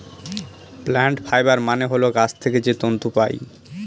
plant fibre মানে হল গাছ থেকে যে তন্তু পায়